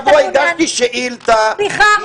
אם השבוע הגשתי שאילתה --- סליחה,